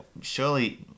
Surely